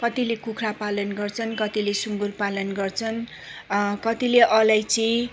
कतिले कुखुरा पालन गर्छन् कतिले सुँगुर पालन गर्छन् कतिले अलैँची